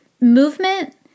movement